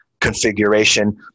configuration